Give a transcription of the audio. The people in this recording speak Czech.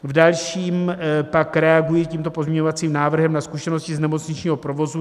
V dalším pak reaguji tímto pozměňovacím návrhem na zkušenosti z nemocničního provozu.